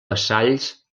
vassalls